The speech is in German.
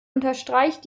unterstreicht